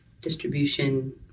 distribution